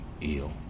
ill